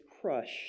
crushed